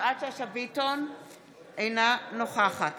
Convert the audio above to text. אינה נוכחת